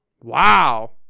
Wow